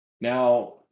Now